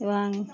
এবং